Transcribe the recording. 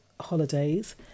holidays